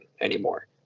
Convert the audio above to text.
anymore